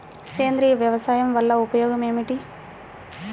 సేంద్రీయ వ్యవసాయం వల్ల ఉపయోగం ఏమిటి?